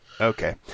Okay